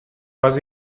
was